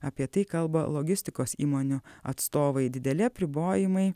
apie tai kalba logistikos įmonių atstovai dideli apribojimai